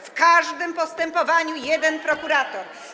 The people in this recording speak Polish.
W każdym postępowaniu jeden prokurator.